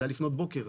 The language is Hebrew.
זה היה לפנות בוקר.